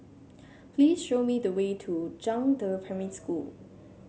please show me the way to Zhangde Primary School